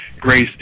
grace